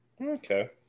Okay